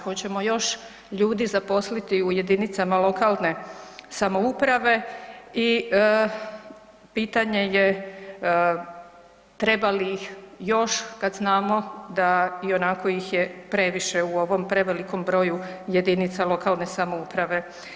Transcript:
Hoćemo još ljudi zaposliti u jedinicama lokalne samouprave i pitanje je trebali ih još kad znamo da ih je i onako previše u ovom prevelikom broju jedinica lokalne samouprave?